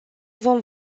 vom